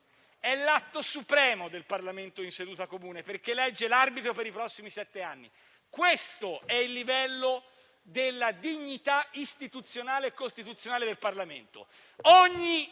È l'atto supremo del Parlamento in seduta comune, perché elegge l'arbitro per i prossimi sette anni. Questo è il livello della dignità istituzionale e costituzionale del Parlamento. Ogni